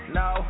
no